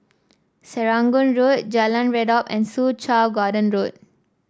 Serangoon Road Jalan Redop and Soo Chow Garden Road